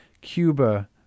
Cuba